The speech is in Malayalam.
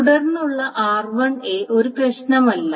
തുടർന്നുള്ള r1 ഒരു പ്രശ്നമല്ല